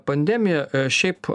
pandemija šiaip